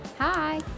Hi